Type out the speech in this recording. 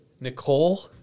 Nicole